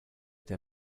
der